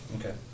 okay